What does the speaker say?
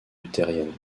luthérienne